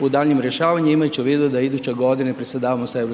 u daljnjem rješavanju imajući u vidu da iduće godine predsjedavamo sa EU,